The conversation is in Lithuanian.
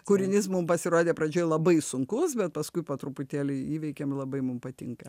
kūrinys mum pasirodė pradžioj labai sunkus bet paskui po truputėlį įveikėm labai mum patinka